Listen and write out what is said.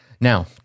Now